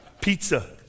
Pizza